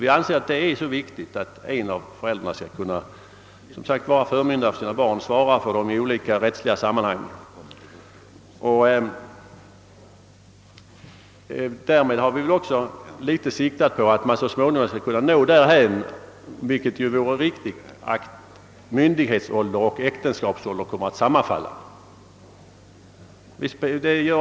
Vi anser att det är viktigt att en av föräldrarna skall kunna vara förmyndare för sina barn och svara för dem i olika rättsliga sammanhang. Därvid har vi väl också i någon mån haft i tankarna att man skulle kunna nå dithän, att myndighetsålder och äktenskapsålder sammanfaller, vilket är ett viktigt önskemål.